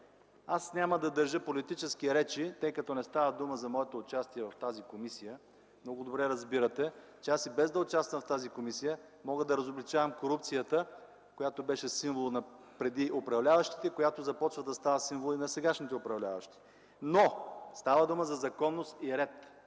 Аз няма да държа политически речи, тъй като не става дума за моето участие в тази комисия. Много добре разбирате, че аз и без да участвам в тази комисия мога да разобличавам корупцията, която беше символ на преди управляващите, която започва да става символ и на сегашните управляващи. Но, става дума за законност и ред!